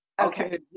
Okay